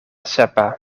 sepa